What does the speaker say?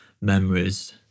memories